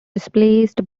replaced